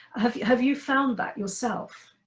have you have you found that yourself?